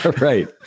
Right